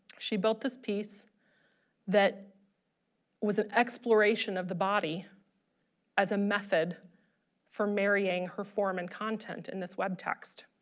she built this piece that was an exploration of the body as a method for marrying her form and content in this web text.